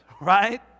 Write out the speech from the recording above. right